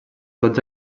tots